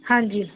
ਹਾਂਜੀ